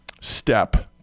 step